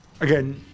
Again